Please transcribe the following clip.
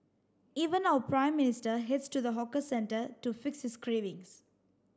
even our Prime Minister heads to the hawker centre to fix his cravings